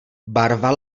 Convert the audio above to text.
barva